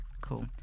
Cool